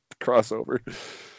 crossover